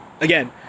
Again